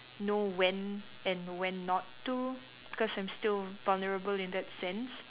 know when and when not to because I'm still vulnerable in that sense